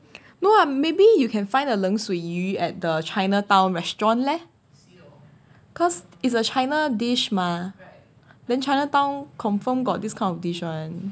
no lah maybe you can find a 冷水鱼 at the chinatown restaurant leh cause it's a china dish mah then chinatown confirm got this kind of dish [one]